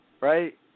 right